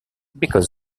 because